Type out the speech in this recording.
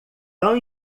tão